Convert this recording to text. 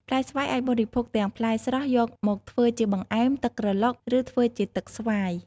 ផ្លែស្វាយអាចបរិភោគទាំងផ្លែស្រស់ យកមកធ្វើជាបង្អែម ទឹកក្រឡុក ឬធ្វើជាទឹកស្វាយ។